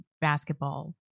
basketball